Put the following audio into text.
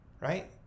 Right